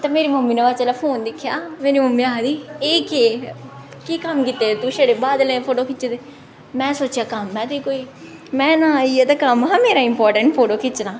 ते मेरी मम्मी ने ओह् जिसलै फोन दिक्खेआ मेरी मम्मी आखदी एह् केह् केह् कम्म कीते दे तूं छड़े बादलें दे फोटो खिच्चे दे में सोचेआ कम्म ऐ तुगी कोई में नां इ'यै ते कम्म हा मेरा इम्पोटैंट फोटो खिच्चना